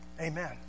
Amen